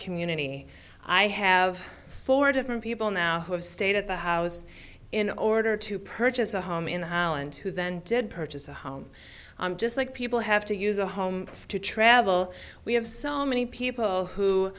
community i have four different people now who have stayed at the house in order to purchase a home in holland who then did purchase a home just like people have to use a home to travel we have so many people who